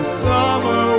summer